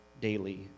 daily